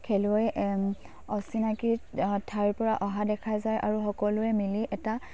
খেলুৱৈ অচিনাকি ঠাইৰপৰা অহা দেখা যায় আৰু সকলোৱে মিলি এটা